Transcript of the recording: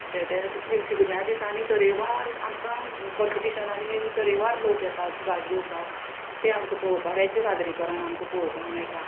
अशें तें शिगम्या दिसांनी तरेकवार आमकां कॉम्पिटिशनांनी तरेवार लोक येतात भाग घेवपाक ते आमकां पळोवपाक तेंची सादरीकरण आमकां पळोवपाक मेळटा